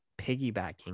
piggybacking